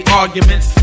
arguments